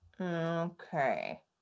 Okay